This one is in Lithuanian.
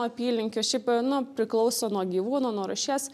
apylinkių šiaip nu priklauso nuo gyvūno nuo rūšies